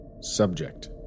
Subject